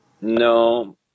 No